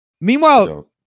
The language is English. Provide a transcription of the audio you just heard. Meanwhile